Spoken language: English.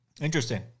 interesting